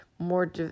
More